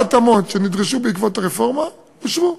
ההתאמות שנדרשו בעקבות הרפורמה אושרו,